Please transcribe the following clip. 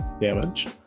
damage